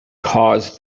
caused